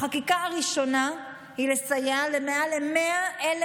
החקיקה הראשונה היא לסייע ל-100,000